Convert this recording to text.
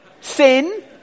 Sin